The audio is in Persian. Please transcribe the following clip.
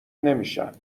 نمیشن